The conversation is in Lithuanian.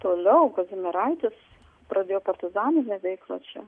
toliau kazimieraitis pradėjo partizaninę veiklą čia